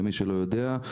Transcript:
למי שלא יודע.